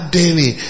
daily